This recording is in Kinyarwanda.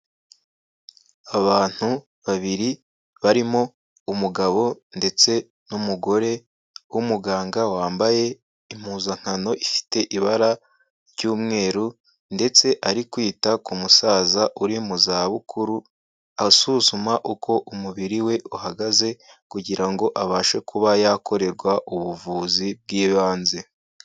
Abantu babiri, barimo umugabo ndetse n'umugore w'umuganga, wambaye impuzankano ifite ibara ry'umweru ndetse ari kwita ku musaza uri mu zabukuru, asuzuma uko umubiri we uhagaze kugira ngo abashe kuba yakorerwa ubuvuzi bw'ibanze.